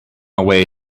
away